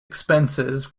expenses